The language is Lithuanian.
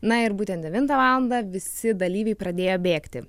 na ir būtent devintą valandą visi dalyviai pradėjo bėgti